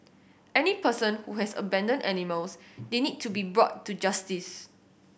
any person who has abandoned animals they need to be brought to justice